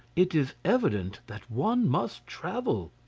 it is evident that one must travel.